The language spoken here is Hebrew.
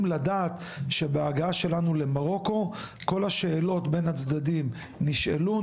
לדעת שבהגעה שלנו למרוקו כל השאלות בין הצדדים נשאלו,